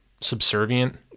subservient